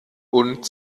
und